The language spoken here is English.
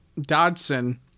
Dodson